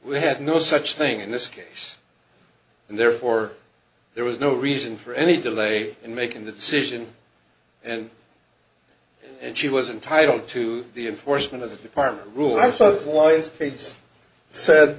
we had no such thing in this case and therefore there was no reason for any delay in making the decision and and she was entitle to the enforcement of the department rule i